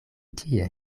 tie